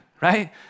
right